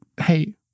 hey